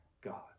God